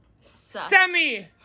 Semi